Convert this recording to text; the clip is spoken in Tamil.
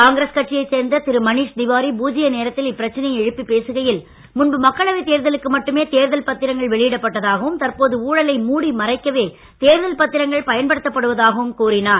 காங்கிரஸ் கட்சியைச் சேர்ந்த திரு மணீஷ் திவாரி பூஜ்ய நேரத்தில் இப்பிரச்சனையை எழுப்பி பேசுகையில் முன்பு மக்களவை தேர்தலுக்கு மட்டுமே தேர்தல் பத்திரங்கள் வெளியிடப்பட்டதாகவும் தற்போது ஊழலை மூடி மறைக்கவே தேர்தல் பத்திரங்கள் பயன்படுத்தப்படுவதாகவும் கூறினார்